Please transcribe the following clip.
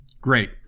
Great